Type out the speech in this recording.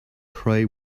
pray